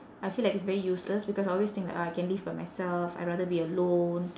I feel like it's very useless because I always think like ah I can live by myself I rather be alone